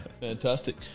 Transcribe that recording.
Fantastic